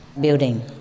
building